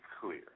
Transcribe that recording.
clear